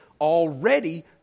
already